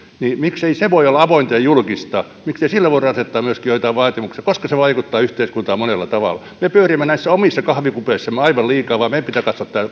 niin miksei se voi olla avointa ja julkista miksei myöskin sille voida asettaa joitain vaatimuksia koska se vaikuttaa yhteiskuntaan monella tavalla me pyörimme näissä omissa kuppikunnissamme aivan liikaa meidän pitää katsoa